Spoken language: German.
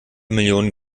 millionen